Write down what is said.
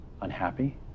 unhappy